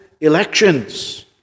elections